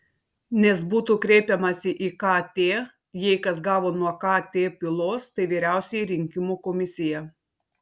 nes būtų kreipiamasi į kt jei kas gavo nuo kt pylos tai vyriausioji rinkimų komisija